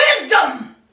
wisdom